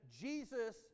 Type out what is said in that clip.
Jesus